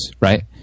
right